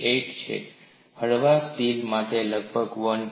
98 છે હળવા સ્ટીલ માટે લગભગ 1